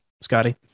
Scotty